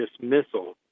dismissal